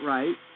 Right